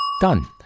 Done